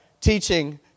teaching